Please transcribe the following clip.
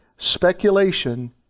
Speculation